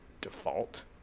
default